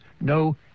No